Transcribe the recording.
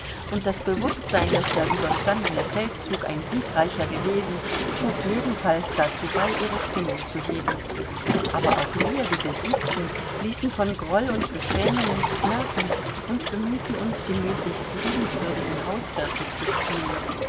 und das bewußtsein daß der überstandene feldzug ein siegreicher gewesen trug jedenfalls dazu bei ihre stimmung zu heben aber auch wir die besiegten ließen von groll und beschämung nichts merken und bemühten uns die möglichst liebenswürdigen hauswirte zu spielen